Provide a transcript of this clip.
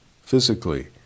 physically